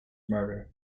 murder